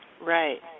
Right